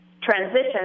Transition